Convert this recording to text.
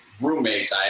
roommate